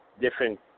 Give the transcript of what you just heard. different